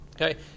Okay